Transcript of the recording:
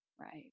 right